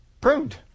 Pruned